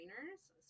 trainers